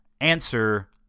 Answer